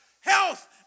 health